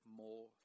more